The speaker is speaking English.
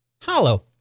Hollow